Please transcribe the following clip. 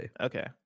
Okay